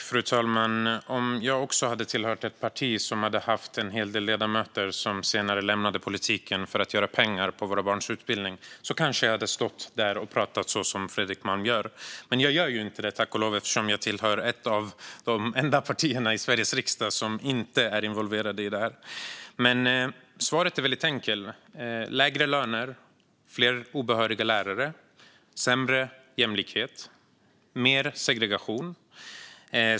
Fru talman! Om jag också hade tillhört ett parti som har en hel del ledamöter som har lämnat politiken för att göra pengar på våra barns utbildning kanske jag hade stått här och pratat som Fredrik Malm gör. Men tack och lov gör jag inte det eftersom jag tillhör ett av de få partier som inte är involverade i detta. Svaret är väldigt enkelt: lägre löner, fler obehöriga lärare, sämre jämlikhet och mer segregation.